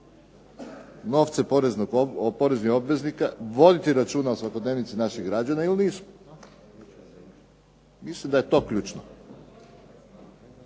novce poreznih obveznika, voditi o svakodnevnici naših građana ili nisu. Mislim da je to ključno.